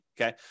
Okay